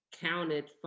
counted